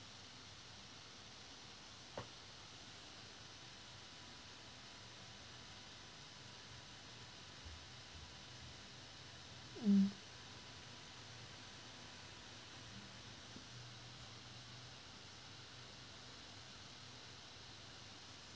mm